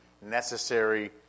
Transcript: necessary